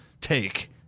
take